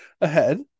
ahead